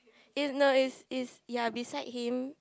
in no is is ya beside him